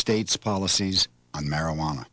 states policies on marijuana